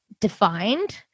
defined